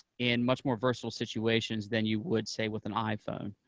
in much more versatile situations than you would, say, with an iphone.